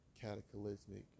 cataclysmic